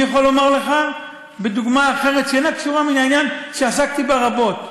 אני יכול לתת לך דוגמה אחרת שקשורה לעניין שעסקתי בה רבות,